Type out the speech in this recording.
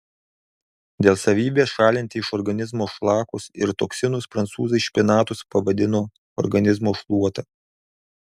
dėl savybės šalinti iš organizmo šlakus ir toksinus prancūzai špinatus pavadino organizmo šluota